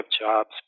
jobs